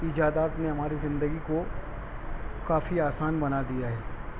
ایجادات میں ہماری زندگی کو کافی آسان بنا دیا ہے